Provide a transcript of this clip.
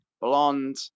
blonde